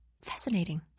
Fascinating